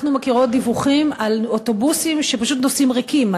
אנחנו מכירות דיווחים על אוטובוסים שפשוט נוסעים ריקים,